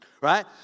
right